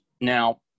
Now